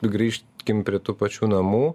grįžt kim prie tų pačių namų